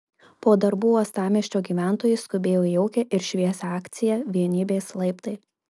po darbų uostamiesčio gyventojai skubėjo į jaukią ir šviesią akciją vienybės laiptai